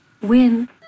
Win